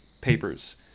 papers